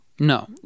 No